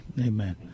Amen